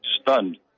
stunned